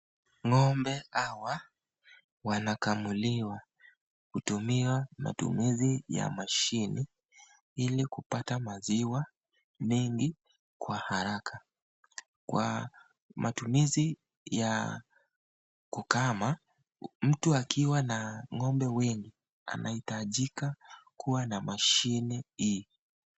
Ngo'mbe hawa wanakamuliwa kutumia matumizi ya mashini ili kupata maziwa mingi kwa haraka. Matumizi ya kukama, mtu akiwa na ng'ombe mingi mtu anahitajika kuwa na mashini hii.